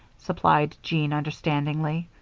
supplied jean, understandingly.